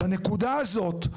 בנקודה הזאת,